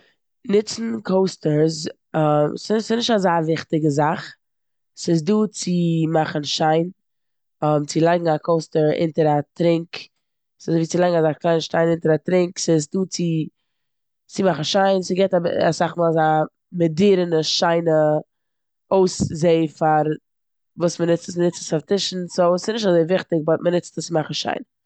נוצן קאוסטערס ס- ס'נישט אזא וויכטיגע זאך. ס'דא צו מאכן שיין צו לייגן א קאוסטער אונטער א טרונק, ס'אזויווי צו לייגן א קליינע שטיין אונטער א טרונק. ס'איז דא צו- צו מאכן שיין, ס'גיבט אבע- אסאך מאל אזא מאדערענע שיינע אויסזע פאר וואס מ'נוצט עס. מ'נוצט עס אויף טישן סאו ס'נישט אזוי וויכטיג באט מ'נוצט עס צו מאכן שיין.